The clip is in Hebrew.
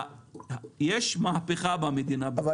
יש מהפכה במדינה בתחום הזה.